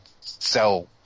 sell